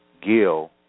Gil